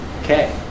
Okay